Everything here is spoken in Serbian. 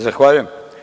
Zahvaljujem.